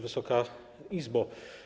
Wysoka Izbo!